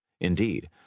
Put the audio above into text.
Indeed